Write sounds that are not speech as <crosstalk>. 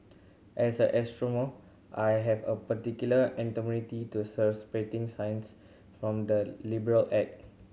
as an astronomer I have a particular antipathy to <unintelligible> separating science from the liberal <unintelligible>